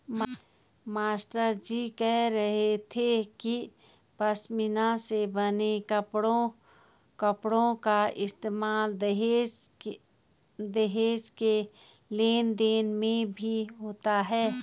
मास्टरजी कह रहे थे कि पशमीना से बने कपड़ों का इस्तेमाल दहेज के लेन देन में भी होता था